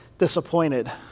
disappointed